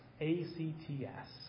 A-C-T-S